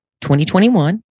2021